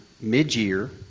mid-year